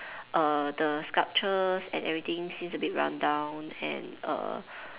err the sculptures and everything seems a bit run down and err